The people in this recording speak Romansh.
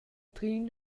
trin